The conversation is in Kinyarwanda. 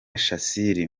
shassir